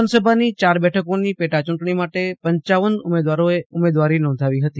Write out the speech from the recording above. વિધાનસભાની ચાર બેઠકોની પેટા ચૂંટણી માટે પપ ઉમેદવારોએ ઉમેદવારી નોંધાવી હતી